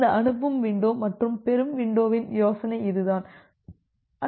இந்த அனுப்பும் வின்டோ மற்றும் பெறும் வின்டோவின் யோசனை இதுதான்